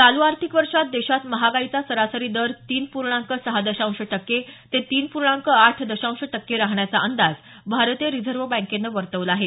चालू आर्थिक वर्षात देशात महागाईचा सरासरी दर तीन पूर्णांक सहा दशांश टक्के ते तीन पूर्णांक आठ दशांश टक्के राहण्याचा अंदाज भारतीय रिजव्ह बँकेनं वर्तवला आहे